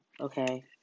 Okay